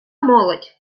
молодь